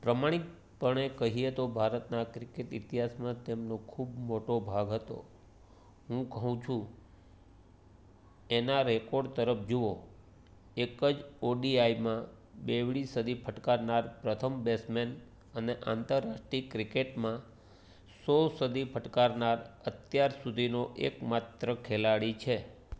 પ્રમાણિકપણે કહીએ તો ભારતના ક્રિકેટ ઇતિહાસમાં તેમનો ખૂબ મોટો ભાગ હતો હું કહું છું એના રેકોર્ડ તરફ જુઓ એક જ ઓડીઆઇમાં બેવડી સદી ફટકારનાર પ્રથમ બેસ્ટ મેન અને આંતરરાષ્ટ્રીય ક્રિકેટમાં સો સદી ફટકારનાર અત્યાર સુધીનો એક માત્ર ખેલાડી છે